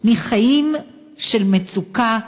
מחיים של מצוקה,